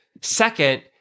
Second